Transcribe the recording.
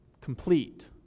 complete